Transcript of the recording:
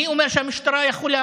אני אומר שהמשטרה יכולה